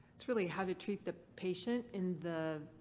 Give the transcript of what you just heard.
it's really how to treat the patient in the.